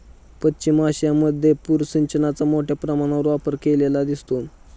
पश्चिम आशियामध्ये पूर सिंचनाचा मोठ्या प्रमाणावर वापर केलेला दिसतो